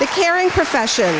the caring profession